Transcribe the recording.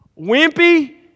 Wimpy